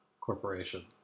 corporation